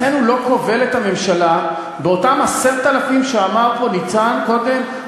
לכן הוא לא כובל את הממשלה באותם 10,000 שאמר פה ניצן קודם,